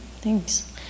thanks